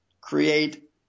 create